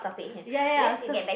ya ya ya so